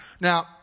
Now